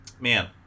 man